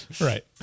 Right